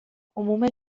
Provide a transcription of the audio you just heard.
عموم